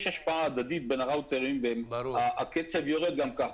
יש השפעה הדדית בין הראוטרים והקצב יורד גם כך.